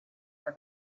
for